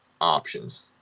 options